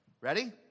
Ready